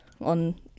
on